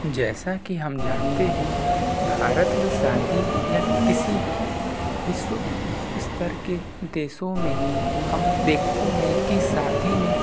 जैसा की हम जानते है भारत में शादी या किसी भी विश्व स्तर के देशों में हम देखते है की शादी में